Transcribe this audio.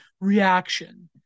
reaction